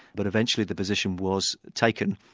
but eventually the position was taken,